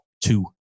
two